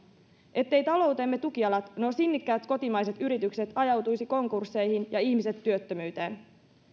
etteivät taloutemme tukijalat nuo sinnikkäät kotimaiset yritykset ajautuisi konkursseihin ja ihmiset työttömyyteen